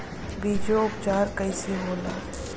बीजो उपचार कईसे होला?